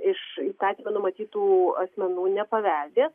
iš įstatyme numatytų asmenų nepaveldės